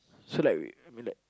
so like we I mean like